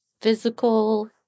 physical